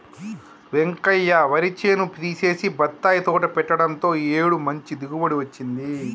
వెంకయ్య వరి చేను తీసేసి బత్తాయి తోట పెట్టడంతో ఈ ఏడు మంచి దిగుబడి వచ్చింది